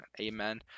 amen